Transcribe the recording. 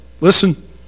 listen